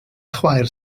chwaer